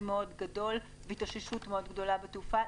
מאוד גדול והתאוששות מאוד גדולה בתעופה,